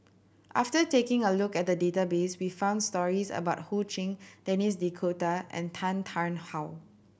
after taking a look at the database we found stories about Ho Ching Denis D'Cotta and Tan Tarn How